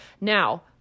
Now